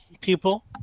people